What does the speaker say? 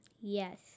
Yes